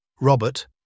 Robert